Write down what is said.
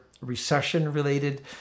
recession-related